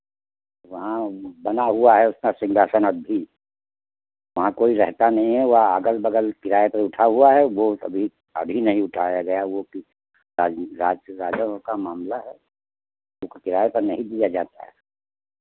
वहाँ बना हुआ है उसका सिंहासन अब भी वहाँ कोई रहता नहीं है वहाँ अगल बगल किराये पे उठा हुआ है वो अभी अभी नहीं उठाया गया है वो अभी राजी राजाओं का मामला है उसको किराये पे नहीं दिया जाता है